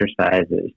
exercises